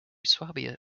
swabia